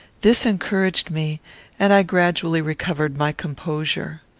this encouraged me and i gradually recovered my composure.